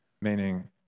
meaning